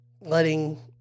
letting